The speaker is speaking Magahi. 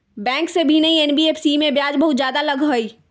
बैंक से भिन्न हई एन.बी.एफ.सी इमे ब्याज बहुत ज्यादा लगहई?